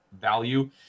value